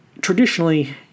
Traditionally